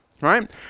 right